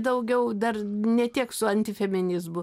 daugiau dar ne tiek su antifeminizmu